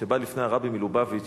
שבא לפני הרבי מלובביץ'